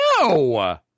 No